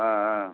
ஆ ஆ